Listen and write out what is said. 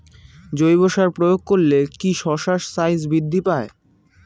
জৈব সার প্রয়োগ করলে কি শশার সাইজ বৃদ্ধি পায়?